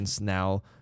now